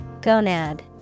Gonad